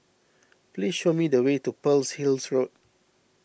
please show me the way to Pearl's Hill Road